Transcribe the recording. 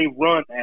run